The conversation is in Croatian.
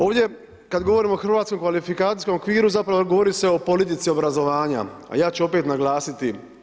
Ovdje kad govorimo o hrvatskom kvalifikacijskom okviru zapravo govori se o politici obrazovanja, a ja ću opet naglasiti.